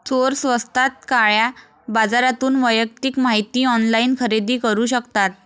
चोर स्वस्तात काळ्या बाजारातून वैयक्तिक माहिती ऑनलाइन खरेदी करू शकतात